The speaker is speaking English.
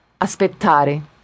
Aspettare